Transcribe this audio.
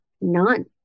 none